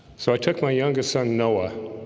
so i took my youngest son noah